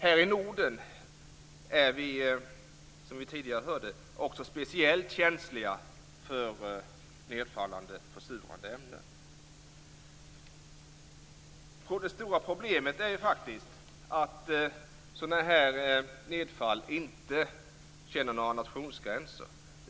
Här i Norden är vi, som tidigare här sagts, speciellt känsliga för nedfallande försurande ämnen. Det stora problemet är faktiskt att nedfall av detta slag inte känner några nationsgränser.